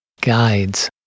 guides